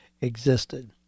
existed